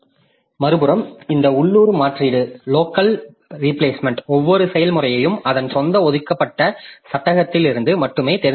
மறுபுறம் இந்த உள்ளூர் மாற்றீடு ஒவ்வொரு செயல்முறையும் அதன் சொந்த ஒதுக்கப்பட்ட சட்டத்திலிருந்து மட்டுமே தேர்ந்தெடுக்கிறது